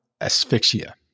asphyxia